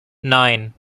nine